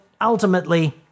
ultimately